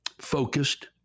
focused